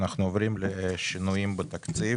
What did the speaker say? אנחנו עוברים לשינויים בתקציב.